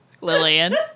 Lillian